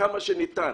כמה שניתן,